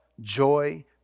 joy